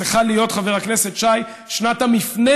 צריכה להיות, חבר הכנסת שי, שנת המפנה,